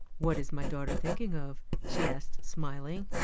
what is my daughter thinking of? she asked, smiling.